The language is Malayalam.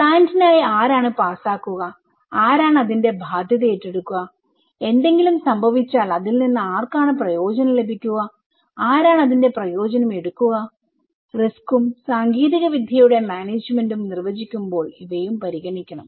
പ്ലാന്റിനായി ആരാണ് പാസാക്കുക ആരാണ് അതിന്റെ ബാധ്യത ഏറ്റെടുക്കുക എന്തെങ്കിലും സംഭവിച്ചാൽ അതിൽ നിന്ന് ആർക്കാണ് പ്രയോജനം ലഭിക്കുക ആരാണ് അതിന്റെ പ്രയോജനം എടുക്കുകറിസ്ക്കും സാങ്കേതികവിദ്യയുടെ മാനേജ്മെന്റും നിർവചിക്കുമ്പോൾ ഇവയും പരിഗണിക്കണം